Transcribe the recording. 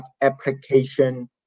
application